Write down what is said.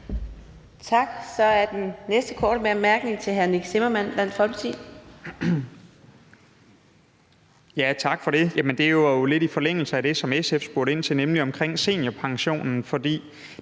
Tak. Så er den næste korte bemærkning til hr. Nick Zimmermann, Dansk Folkeparti.